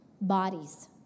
bodies